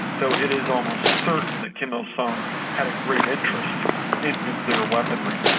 though it is almost certain that kim il-sung had a great interest in nuclear weaponry.